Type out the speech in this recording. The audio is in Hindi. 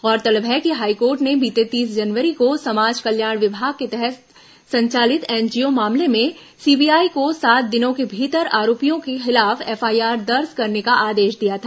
गौरतलब है कि हाईकोर्ट ने बीते तीस जनवरी को समाज कल्याण विभाग के तहत संचालित एनजीओ मामले में सीबीआई को सात दिनों के भीतर आरोपियों के खिलाफ एफआईआर दर्ज करने का आदेश दिया था